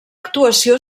actuació